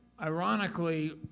Ironically